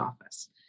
office